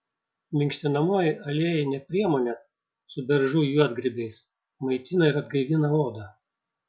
minkštinamoji aliejinė priemonė su beržų juodgrybiais maitina ir atgaivina odą